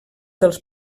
dels